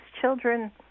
children